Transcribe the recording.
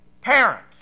parents